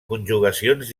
conjugacions